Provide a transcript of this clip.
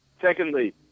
Secondly